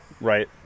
Right